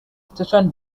station